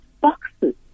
boxes